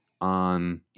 on